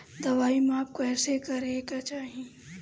दवाई माप कैसे करेके चाही?